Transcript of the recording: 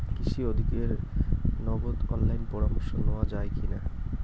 কৃষি আধিকারিকের নগদ অনলাইন পরামর্শ নেওয়া যায় কি না?